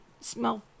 smell